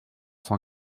cent